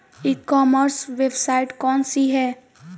ई commerce website कौन सी है?